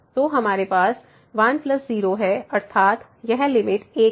तो हमारे पास 10 है अर्थात यह लिमिट 1 है